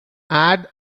add